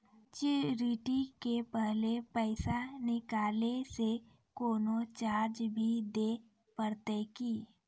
Maturity के पहले पैसा निकालै से कोनो चार्ज भी देत परतै की?